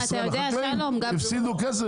החקלאים הפסידו כסף,